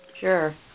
Sure